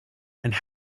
and